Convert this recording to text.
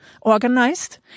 Organized